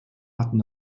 hatten